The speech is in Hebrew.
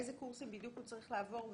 איזה קורסים בדיוק הוא צריך לעבור,